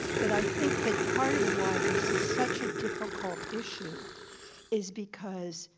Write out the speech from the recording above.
but i think that part of why this is such a difficult issue is because,